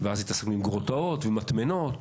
ואז --- גרוטאות ומטמנות.